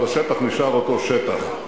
אבל השטח נשאר אותו שטח.